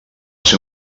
ser